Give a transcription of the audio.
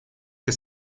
que